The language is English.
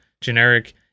generic